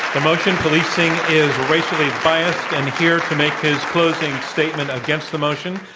the motion, policing is racially biased, and here to make his closing statement against the motion,